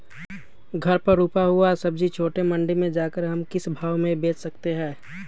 घर पर रूपा हुआ सब्जी छोटे मंडी में जाकर हम किस भाव में भेज सकते हैं?